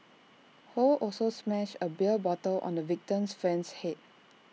ho also smashed A beer bottle on the victim's friend's Head